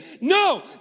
no